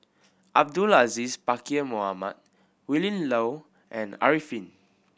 Abdul Aziz Pakkeer Mohamed Willin Low and Arifin